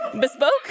Bespoke